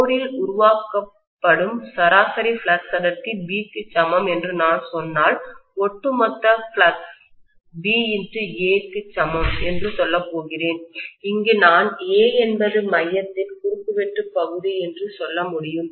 கோரில் உருவாக்கப்படும் சராசரி ஃப்ளக்ஸ் அடர்த்தி B க்கு சமம் என்று நான் சொன்னால் ஒட்டுமொத்த ஃப்ளக்ஸ் B × A க்கு சமம் என்று சொல்லப் போகிறேன் இங்கு நான் A என்பது மையத்தின் குறுக்கு வெட்டு பகுதி என்று சொல்ல முடியும்